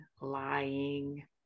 lying